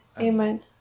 amen